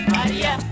Maria